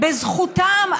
בזכותם,